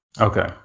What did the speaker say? Okay